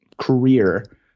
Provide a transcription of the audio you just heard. career